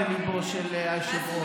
אתה היית איתי.